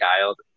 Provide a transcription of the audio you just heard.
child